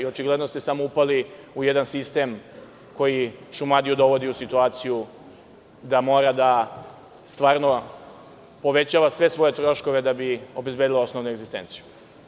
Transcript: Očigledno ste samo upali u jedan sistem koji Šumadiju dovodi u situaciju da mora da povećava sve svoje troškove da bi obezbedila osnovnu egzistenciju.